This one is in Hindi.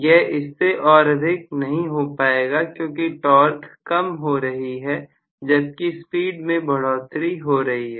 यह इससे और अधिक नहीं हो पाएगा क्योंकि टॉर्क कम हो रही है जबकि स्पीड में बढ़ोतरी हो रही है